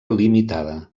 limitada